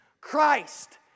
Christ